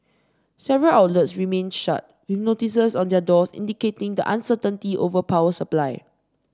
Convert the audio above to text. several outlets remained shut with notices on their doors indicating the uncertainty over power supply